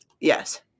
Yes